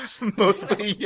Mostly